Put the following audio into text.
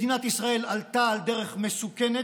מדינת ישראל עלתה על דרך מסוכנת,